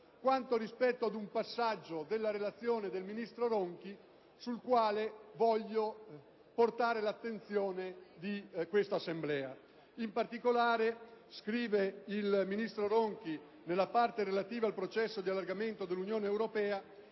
quanto rispetto ad un passaggio della Relazione del ministro Ronchi sul quale voglio portare l'attenzione di questa Assemblea. In particolare, nella parte relativa al processo di allargamento dell'Unione europea